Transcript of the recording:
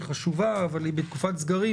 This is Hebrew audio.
היא חשובה אבל היא בתקופת סגרים,